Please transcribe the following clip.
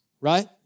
Right